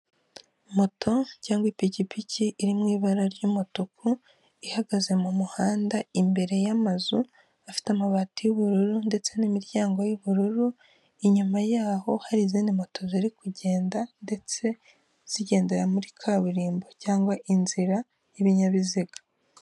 Moto cyangwa ipikipiki iri mu ibara ry'umutuku ihagaze mu muhanda imbere y'amazu afite amabati y'ubururu ndetse n'imiryango y'ubururu, inyuma yaho hari izindi moto ziri kugenda ndetse zigendera muri kaburimbo cyangwa inzira y'ibinyabiziga.